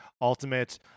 Ultimate